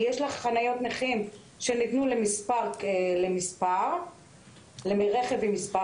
כי יש לך חניות נכים שניתנו למספר רכב ויש חניות כלליות.